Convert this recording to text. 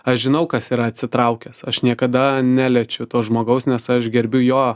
aš žinau kas yra atsitraukęs aš niekada neliečiu to žmogaus nes aš gerbiu jo